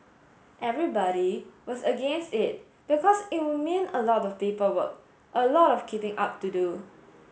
everybody was against it because it would mean a lot of paperwork a lot of keeping up to do